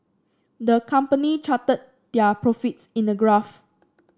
the company charted their profits in a graph